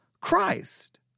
Christ